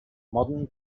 modern